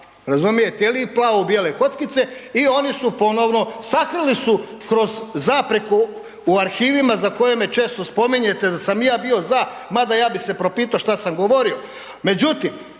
razumijete, ili u plavo bijele kockice i oni su ponovno, sakrili su kroz zapreku u arhivima za koje me često spominjete da sam i ja bio za, mada ja bi se propito šta sam govorio,